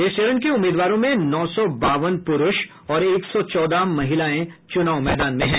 इस चरण के उम्मीदवारों में नौ सौ बावन पुरूष और एक सौ चौदह महिलाएं चुनाव मैदान में हैं